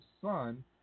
son